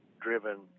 driven